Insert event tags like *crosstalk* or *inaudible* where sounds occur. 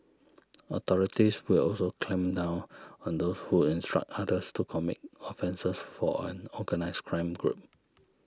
*noise* authorities will also clamp down on those who instruct others to commit offences for an organised crime group